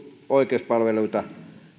oikeuspalveluita